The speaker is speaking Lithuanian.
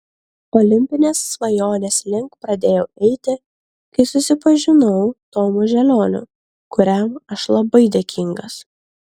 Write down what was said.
olimpinės svajonės link pradėjau eiti kai susipažinau tomu želioniu kuriam aš labai dėkingas